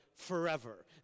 forever